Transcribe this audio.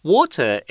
Water